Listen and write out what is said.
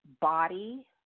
body